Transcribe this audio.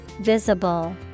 Visible